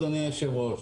אדוני היושב-ראש,